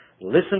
listen